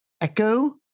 Echo